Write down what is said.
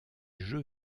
jeux